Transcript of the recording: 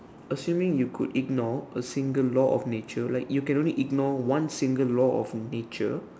assuming you could ignore a single law of nature like you can only ignore one single law of nature